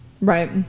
Right